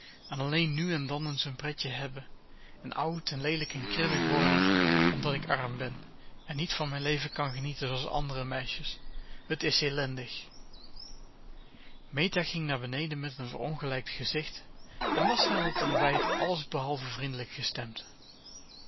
en alleen nu en dan eens een pretje hebben en oud en leelijk en kribbig worden omdat ik arm ben en niet van mijn leven kan genieten zooals andere meisjes t is ellendig meta ging naar beneden met een verongelijkt gezicht en was aan t ontbijt alles behalve vriendelijk gestemd